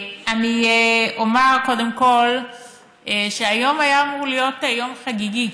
אני אומר קודם כול שהיום היה אמור להיות יום חגיגי,